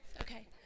Okay